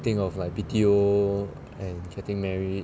think of like B_T_O and getting married